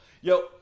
yo